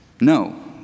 No